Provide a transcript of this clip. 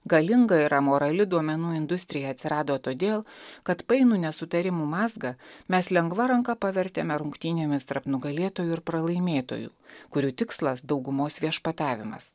galinga ir amorali duomenų industrija atsirado todėl kad painų nesutarimų mazgą mes lengva ranka pavertėme rungtynėmis tarp nugalėtojų ir pralaimėtojų kurių tikslas daugumos viešpatavimas